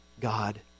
God